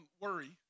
worry